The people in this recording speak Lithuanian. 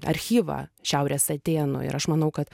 archyvą šiaurės atėnų ir aš manau kad